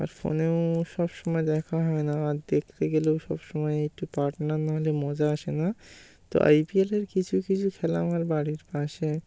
আর ফোনেও সবসময় দেখা হয় না আর দেখতে গেলেও সবসময় একটু পার্টনার না হলে মজা আসে না তো আই পি এলের কিছু কিছু খেলা আমার বাড়ির পাশে